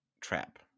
trap